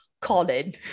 colin